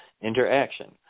Interaction